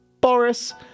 Boris